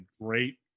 great